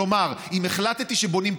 כלומר, אם החלטתי שבונים כביש,